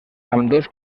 ambdós